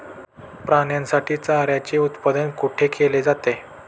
प्राण्यांसाठी चाऱ्याचे उत्पादन कुठे केले जाते?